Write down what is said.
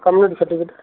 community certificate